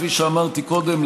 כפי שאמרתי קודם.